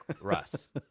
Russ